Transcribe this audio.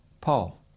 Paul